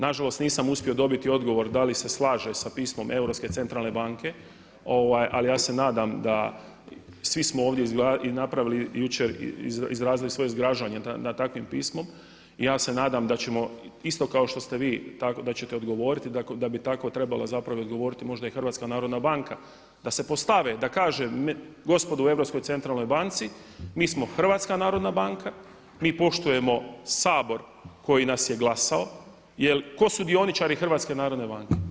Nažalost nisam uspio dobiti odgovor da li se slaže sa pismom Europske centralne banke ali ja se nadam da svi smo ovdje napravili jučer izrazili svoje zgražanje nad takvim pismom i ja se nadam da ćemo isto kao što ste vi da ćete odgovoriti, da bi tako trebala zapravo odgovoriti možda i HNB, da se postave da kaže gospodo u Europskoj centralnoj banci, mi smo HNB, mi poštujemo Sabor koji nas je glasao jel tko su dioničari HNB-a?